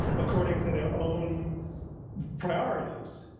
according to their own priorities.